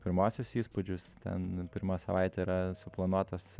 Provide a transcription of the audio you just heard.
pirmuosius įspūdžius ten pirma savaitė yra suplanuotos